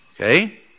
Okay